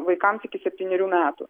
vaikams iki septynerių metų